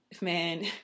man